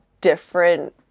different